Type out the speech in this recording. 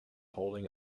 holding